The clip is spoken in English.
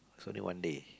it's only one day